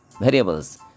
variables